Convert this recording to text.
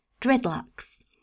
dreadlocks